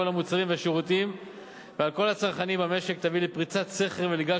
המוצרים והשירותים ועל כל הצרכנים במשק תביא לפריצת סכר ולגל